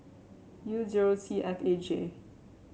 U zero C F A J